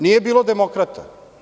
Nije bilo demokrata.